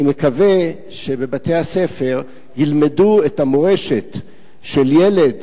אני מקווה שבבתי-הספר ילמדו את המורשת של ילד,